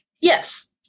Yes